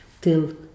till